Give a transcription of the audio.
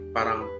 Parang